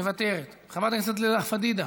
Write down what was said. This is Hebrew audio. מוותרת, חברת הכנסת לאה פדידה,